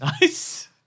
Nice